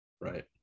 Right